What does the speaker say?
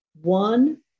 one